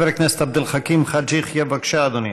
חבר הכנסת עבד אל חכים חאג' יחיא, בבקשה, אדוני.